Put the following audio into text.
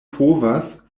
povas